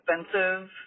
expensive